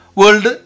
world